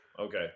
Okay